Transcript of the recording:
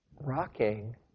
rocking